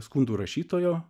skundų rašytojo